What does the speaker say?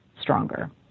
stronger